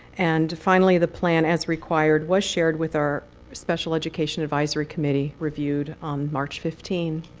and finally, the plan, as required, was shared with our special education advisory committee, reviewed on march fifteen.